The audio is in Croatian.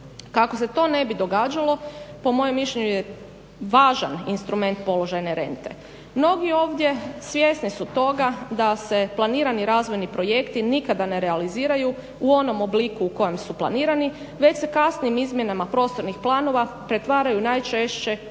Kako se to ne bi događalo po mojem mišljenju je važan instrument položajne rente. Mnogi ovdje svjesni su toga da se planirani razvojni projekti nikada ne realiziraju u onom obliku u kojem su planirani već se kasnijim izmjenama prostornih planova pretvaraju najčešće